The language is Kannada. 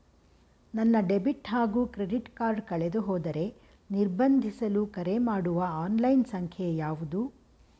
ನನ್ನ ಡೆಬಿಟ್ ಹಾಗೂ ಕ್ರೆಡಿಟ್ ಕಾರ್ಡ್ ಕಳೆದುಹೋದರೆ ನಿರ್ಬಂಧಿಸಲು ಕರೆಮಾಡುವ ಆನ್ಲೈನ್ ಸಂಖ್ಯೆಯಾವುದು?